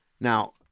Now